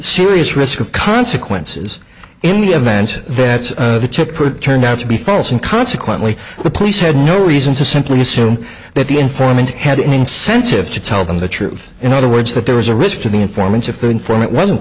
serious risk of consequences in the event they had to put it turned out to be false and consequently the police had no reason to simply assume that the informant had an incentive to tell them the truth in other words that there was a risk to the informant if the informant wasn't